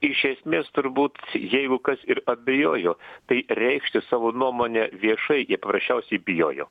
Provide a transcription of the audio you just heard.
iš esmės turbūt jeigu kas ir abejojo tai reikšti savo nuomonę viešai jie paprasčiausiai bijojo